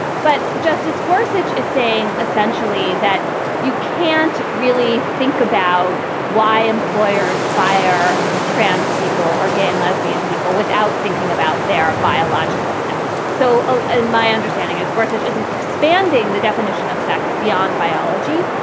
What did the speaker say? but justice gorsuch is saying essentially that you can't really think about why employers fire trans people or gay and lesbian people without thinking about their biological sex. so ah and my understanding is gorsuch isn't expanding the definition of sex beyond biology.